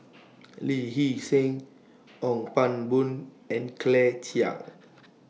Lee Hee Seng Ong Pang Boon and Claire Chiang